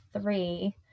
three